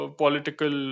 political